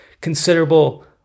considerable